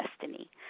destiny